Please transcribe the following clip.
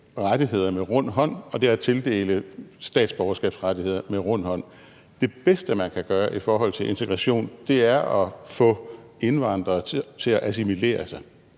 rettigheder med rund hånd og at tildele statsborgerskabsrettigheder med rund hånd. Det bedste, man kan gøre i forhold til integration, er at få indvandrere til at assimilere sig.